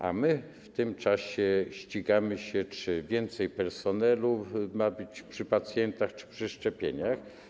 A my w tym czasie ścigamy się, czy więcej personelu ma być przy pacjentach, czy przy szczepieniach.